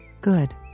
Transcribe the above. good